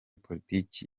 politiki